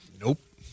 Nope